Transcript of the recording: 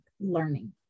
learning